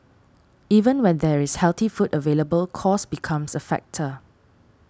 even where there is healthy food available cost becomes a factor